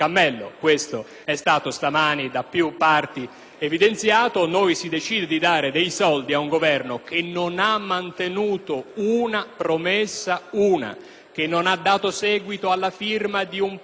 evidenziato. Abbiamo deciso di dare dei soldi ad un Governo che non ha mantenuto una sola promessa, che non ha dato seguito alla firma di un solo patto internazionale, di una convenzione internazionale,